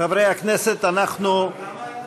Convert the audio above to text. כמה?